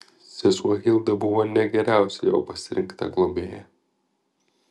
sesuo hilda buvo ne geriausia jo pasirinkta globėja